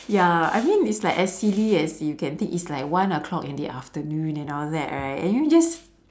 ya I mean it's like as silly as you can think it's like one o'clock in the afternoon and all that right and you just